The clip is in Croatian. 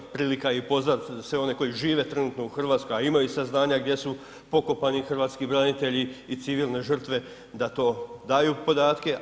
Prilika je i pozvati sve one koji žive trenutno u Hrvatskoj a imaju saznanja gdje su pokopani hrvatski branitelji i civilne žrtve da to daju podatke.